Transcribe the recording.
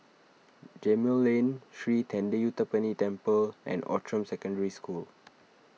Gemmill Lane Sri thendayuthapani Temple and Outram Secondary School